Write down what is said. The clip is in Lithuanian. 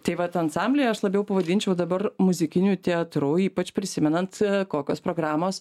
tai vat ansamblį aš labiau pavadinčiau dabar muzikiniu teatru ypač prisimenant kokios programos